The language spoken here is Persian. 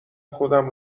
خودم